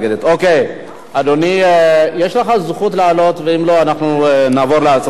אדוני, יש לך זכות לעלות, ואם לא, נעבור להצבעה.